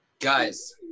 Guys